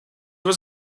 was